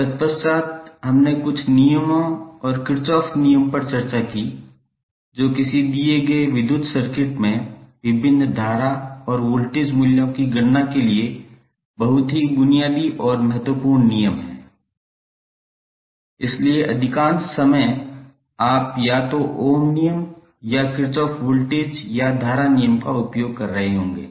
तत्पश्चात हमने कुछ नियमों और किरचॉफ नियम पर चर्चा की जो किसी दिए गए विद्युत सर्किट में विभिन्न धारा और वोल्टेज मूल्यों की गणना के लिए बहुत ही बुनियादी और बहुत महत्वपूर्ण नियम हैं इसलिए अधिकांश समय आप या तो ओम नियम या किरचॉफ वोल्टेज या धारा नियम का उपयोग कर रहे होंगे